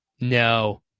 no